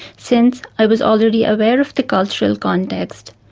since i was already aware of the cultural context,